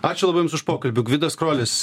ačiū labai jums už pokalbį gvidas krolis